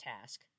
task